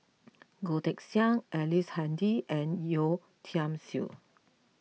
Goh Teck Sian Ellice Handy and Yeo Tiam Siew